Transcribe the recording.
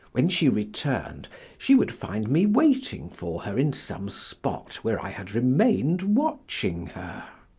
when she returned she would find me waiting for her in some spot where i had remained watching her.